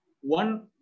One